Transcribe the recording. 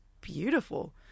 beautiful